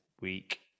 week